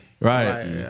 Right